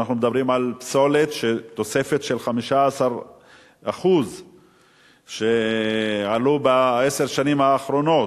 שאנחנו מדברים על תוספת פסולת של 15% בעשר השנים האחרונות.